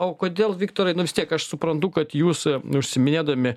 o kodėl viktorai nu vis tiek aš suprantu kad jūs užsiiminėdami